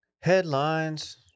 Headlines